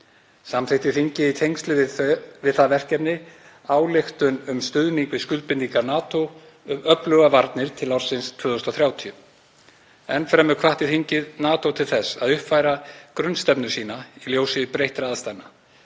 Samþykkti þingið í tengslum við það verkefni ályktun um stuðning við skuldbindingar NATO um öflugar varnir til ársins 2030. Enn fremur hvatti þingið NATO til þess að uppfæra grunnstefnu sína í ljósi breyttra aðstæðna,